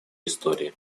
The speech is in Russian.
истории